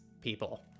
people